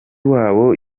wabo